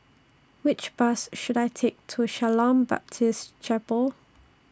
Which Bus should I Take to Shalom Baptist Chapel